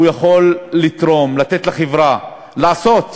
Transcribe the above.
הוא יכול לתרום, לתת לחברה, לעשות.